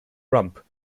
rump